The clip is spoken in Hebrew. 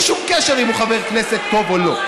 בלי שום קשר אם הוא חבר כנסת טוב או לא.